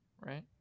right